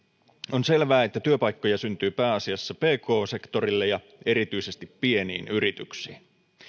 on selvää että työpaikkoja syntyy pääasiassa pk sektorille ja erityisesti pieniin yrityksiin